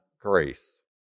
grace